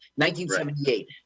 1978